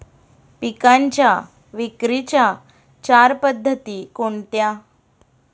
पिकांच्या विक्रीच्या चार पद्धती कोणत्या?